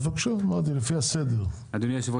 אדוני היושב ראש,